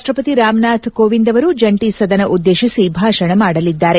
ರಾಷ್ಟಪತಿ ರಾಮ್ನಾಥ್ ಕೋವಿಂದ್ ಅವರು ಜಂಟಿ ಸದನ ಉದ್ದೇಶಿಸಿ ಭಾಷಣ ಮಾಡಲಿದ್ದಾರೆ